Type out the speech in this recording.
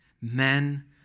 men